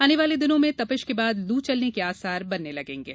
आने वाले दिनों में तपिश के बाद लू चलने के आसार बनने लगेंगे